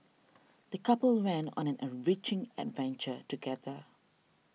the couple went on an enriching adventure together